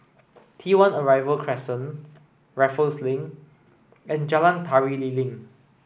T one Arrival Crescent Raffles Link and Jalan Tari Lilin